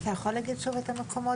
אתה יכול להגיד שוב את המקומות?